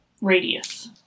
radius